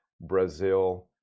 Brazil